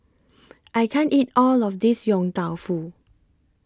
I can't eat All of This Yong Tau Foo